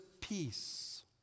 peace